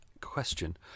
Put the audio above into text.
question